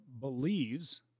believes